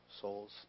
souls